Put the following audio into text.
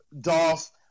Dolph